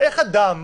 איך אדם